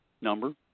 number